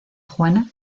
juana